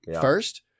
First